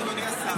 אדוני השר.